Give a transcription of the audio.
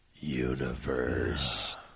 universe